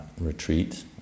retreat